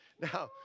Now